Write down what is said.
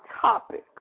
topic